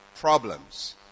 problems